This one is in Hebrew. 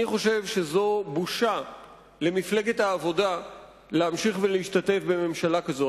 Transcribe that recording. אני חושב שזאת בושה למפלגת העבודה להמשיך ולהשתתף בממשלה כזאת.